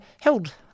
held